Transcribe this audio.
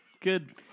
Good